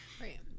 Right